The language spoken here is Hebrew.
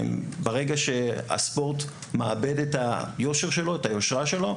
ברגע שהספורט מאבד את היושרה שלו,